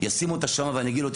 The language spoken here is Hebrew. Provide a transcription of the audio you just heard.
אשים אותה שם ואני אגיד לו,